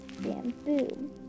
bamboo